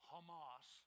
Hamas